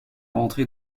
rentré